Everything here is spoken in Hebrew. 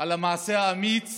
על המעשה האמיץ